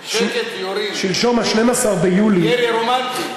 שקט, יורים, שלשום, 12 ביולי, ירי רומנטי.